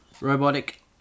Robotic